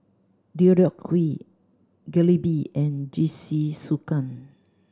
Deodeok Gui Jalebi and Jingisukan